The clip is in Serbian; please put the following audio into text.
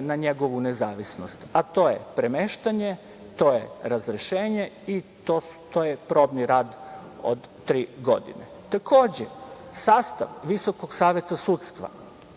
na njegovu nezavisnost. To je: premeštanje, razrešenje i probni rad od tri godine. Takođe, sastav Visokog saveta sudstva